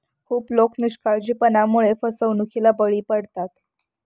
खूप लोक निष्काळजीपणामुळे फसवणुकीला बळी पडतात